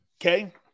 okay